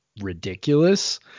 ridiculous